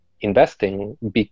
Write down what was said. investing